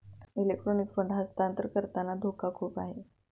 electronic fund हस्तांतरण करताना धोका खूप आहे